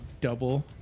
double